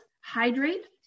Hydrate